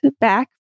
back